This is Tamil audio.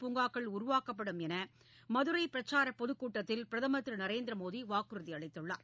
பூங்காக்கள் உருவாக்கப்படும் மதுரை பிரச்சார பொதுக்கூட்டத்தில் பிரதமர் திரு நரேந்திரமோடி வாக்குறுதி அளித்துள்ளார்